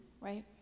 Right